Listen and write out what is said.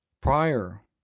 prior